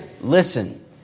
Listen